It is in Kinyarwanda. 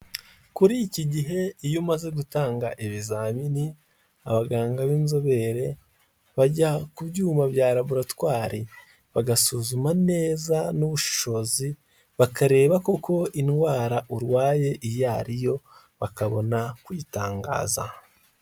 Kuri iki gihe iyo umaze gutanga ibizamini abaganga b'inzobere bajya ku byuma bya laboratwari bagasuzuma neza n'ubushobozi bakareba koko indwara urwaye iyo ari yo bakabona kuyitangaza.